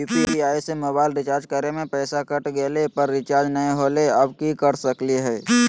UPI से mobile recharge करे में पैसा कट गेलई, पर रिचार्ज नई होलई, अब की कर सकली हई?